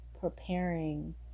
preparing